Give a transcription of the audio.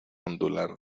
ondular